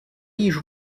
艺术